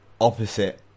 opposite